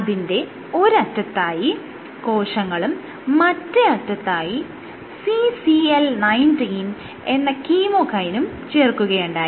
അതിന്റെ ഒരറ്റത്തായി കോശങ്ങളും മറ്റേ അറ്റത്തായി CCL 19 എന്ന കീമോകൈനും ചേർക്കുകയുണ്ടായി